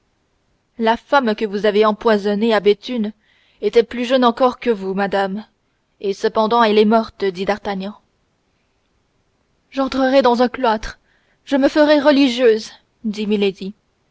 la femme que vous avez empoisonnée à béthune était plus jeune encore que vous madame et cependant elle est morte dit d'artagnan j'entrerai dans un cloître je me ferai religieuse dit